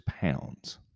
pounds